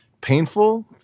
painful